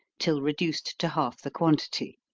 till reduced to half the quantity.